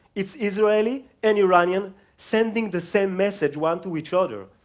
it's israelis and iranians sending the same message, one to each other.